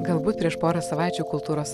galbūt prieš porą savaičių kultūros